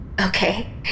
Okay